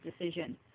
decision